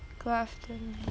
good after~